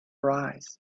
arise